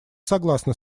согласна